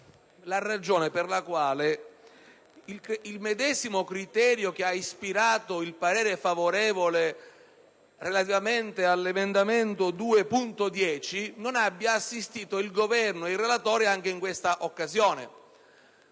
la ragione per la quale il medesimo criterio che ha ispirato il parere favorevole sull'emendamento 2.10 non abbia orientato il Governo e il relatore anche in questa occasione.